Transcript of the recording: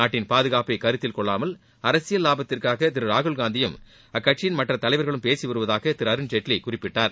நாட்டின் பாதுகாப்பை கருத்தில்கொள்ளாமல் அரசியல் லாபத்திற்காக ராகுல்காந்தியும் அக்கட்சியின் மற்ற தலைவர்களும் பேசிவருவதாக அருண்ஜேட்லி குறிப்பிட்டார்